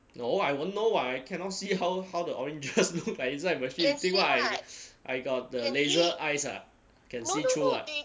no I won't know [what] I cannot see how how the oranges look like inside the machine you think [what] I I got the laser eyes ah can see through ah